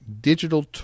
digital